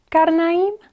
Karnaim